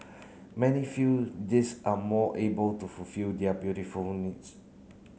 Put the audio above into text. many feel these are more able to fulfil their beautiful needs